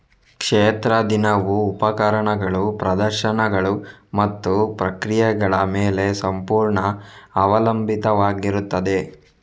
ಕ್ಷೇತ್ರ ದಿನವು ಉಪಕರಣಗಳು, ಪ್ರದರ್ಶನಗಳು ಮತ್ತು ಪ್ರಕ್ರಿಯೆಗಳ ಮೇಲೆ ಸಂಪೂರ್ಣ ಅವಲಂಬಿತವಾಗಿರುತ್ತದೆ